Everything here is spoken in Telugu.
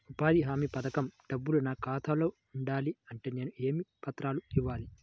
ఉపాధి హామీ పథకం డబ్బులు నా ఖాతాలో పడాలి అంటే నేను ఏ పత్రాలు ఇవ్వాలి?